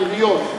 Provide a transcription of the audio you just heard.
בנושא העיריות,